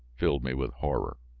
filled me with horror.